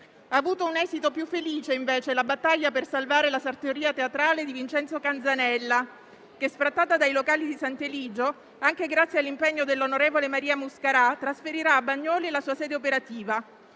Ha avuto un esito più felice invece la battaglia per salvare la sartoria teatrale di Vincenzo Canzanella che, sfrattata dai locali di Sant'Eligio, anche grazie all'impegno dell'onorevole Maria Muscarà, trasferirà a Bagnoli la sua sede operativa.